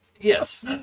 Yes